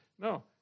No